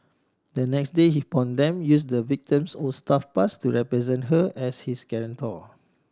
the next day he pawn them use the victim's old staff pass to represent her as his guarantor